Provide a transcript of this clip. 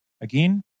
Again